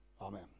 Amen